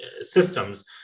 systems